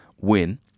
win